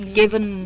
given